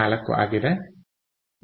4 ಆಗಿದೆ